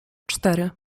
cztery